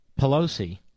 Pelosi